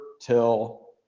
till